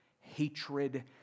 hatred